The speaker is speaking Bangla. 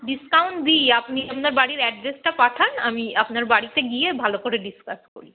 ডিসকাউন্ট দিই আপনি আপনার বাড়ির অ্যাড্রেসটা পাঠান আমি আপনার বাড়িতে গিয়ে ভালো করে ডিসকাস করি